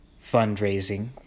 fundraising